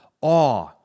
awe